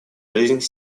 жизнь